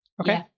Okay